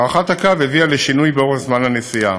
הארכת הקו הביאה לשינוי בזמן הנסיעה.